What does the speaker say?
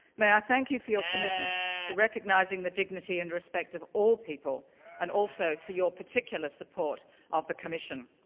may i thank you for your commitment to recognizing the dignity and respect of all people and also for your particular support of the commission.